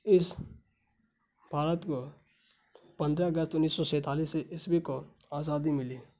اس بھارت کو پندرہ اگست انیس سو سینتالیس عیسوی کو آزادی ملی